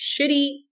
shitty